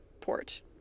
port